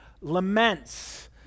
laments